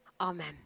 Amen